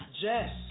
Jess